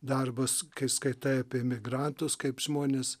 darbas kai skaitai apie emigrantus kaip žmonės